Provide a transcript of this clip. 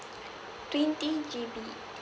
twenty G_B